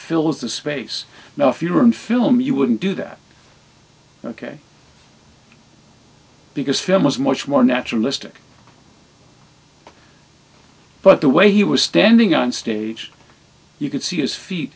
fills the space now if you were in film you wouldn't do that ok because film was much more naturalistic but the way he was standing on stage you could see his feet